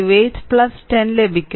58 10 ലഭിക്കും